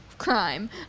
crime